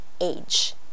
age